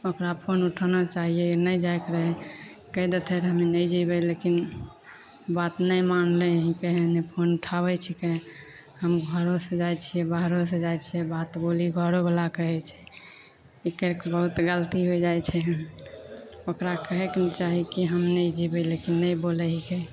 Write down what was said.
ओकरा फोन उठाना चाहिए नहि जाइके रहै कहि देतै रहै हमे नहि जेबै लेकिन बात नहि मानले हिकै हइ नहि फोन उठाबै छिकै हम घरोसे जाइ छिए बाहर से जाइ छिए बात बोली घरोवला कहै छै ई करिके बहुत गलती हो जाइ छै ओकरा कहैके ने चाही कि हम नहि जेबै लेकिन नहि बोलै हिकै